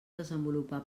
desenvolupar